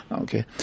Okay